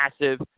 massive